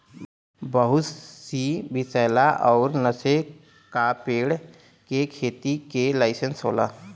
बहुत सी विसैला अउर नसे का पेड़ के खेती के लाइसेंस होला